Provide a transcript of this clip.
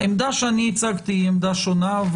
אני הצגתי עמדה שונה,